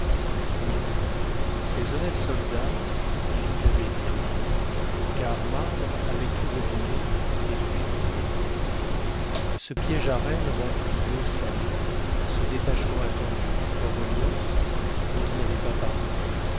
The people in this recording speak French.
oui ces honnêtes soldats ils savaient tout car marbre avait tout deviné et depuis longtemps ce piège à rennes rempli d'eau salée ce détachement attendu du fort reliance et qui n'avait pas paru